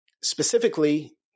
specifically